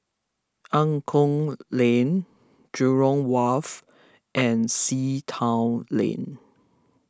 Angklong Lane Jurong Wharf and Sea Town Lane